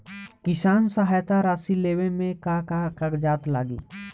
किसान सहायता राशि लेवे में का का कागजात लागी?